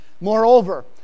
Moreover